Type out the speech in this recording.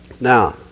Now